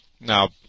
Now